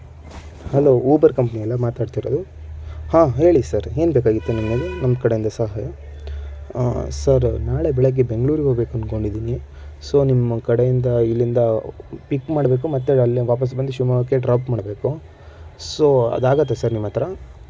hello Uber company ಮಾತಾಡ್ತಿರೋದು ಹಾ ಹೇಳಿ ಸರ್ ಏನು ಬೇಕಾಗಿತ್ತು ನಿಮಗೆ ಹೇಳಿ ನಮ್ಮ ಕಡೆಯಿಂದ ಸಹಾಯ ಸರ್ ನಾಳೆ ಬೆಳಗ್ಗೆ ಬೆಂಗಳೂರಿಗೆ ಹೋಗಬೇಕು ಅನ್ಕೊಂಡಿದ್ದೀನಿ ಸೊ ನಿಮ್ಮ ಕಡೆಯಿಂದ ಇಲ್ಲಿಂದ ಪಿಕ್ ಮಾಡಬೇಕು ಮತ್ತೆ ಅಲ್ಲೇ ವಾಪಾಸ್ಸು ಬಂದು ಶಿವಮೊಗ್ಗಕ್ಕೆ ಡ್ರಾಪ್ ಮಾಡಬೇಕು ಸೊ ಅದಾಗುತ್ತ ಸರ್ ನಿಮ್ಮ ಹತ್ತಿರ